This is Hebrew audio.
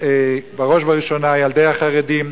בראש ובראשונה נגד ילדי החרדים,